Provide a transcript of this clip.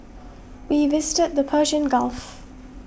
we visited the Persian Gulf